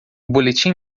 boletim